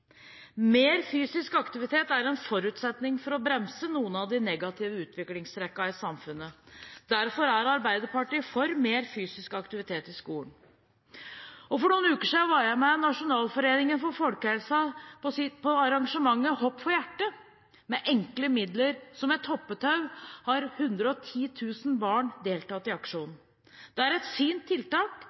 Mer fysisk aktivitet er en forutsetning for å bremse noen av de negative utviklingstrekkene i samfunnet. Derfor er Arbeiderpartiet for mer fysisk aktivitet i skolen. For noen uker siden var jeg med Nasjonalforeningen for folkehelsen på arrangementet Hopp for hjertet. Med enkle midler, som et hoppetau, har 110 000 barn deltatt i aksjonen. Det er et fint tiltak,